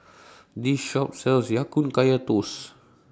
This Shop sells Ya Kun Kaya Toast